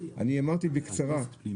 אני אמרתי בקצרה,